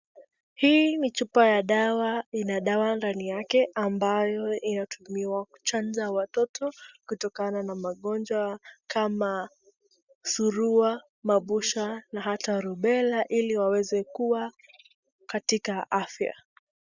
Hii ni chupa ya dawa, ina dawa ndani yake ambayo inatumiwa kuchanja watoto kutokana na magonjwa kama surua, mabusha na ata rubela ili waweza kuwa katika afya.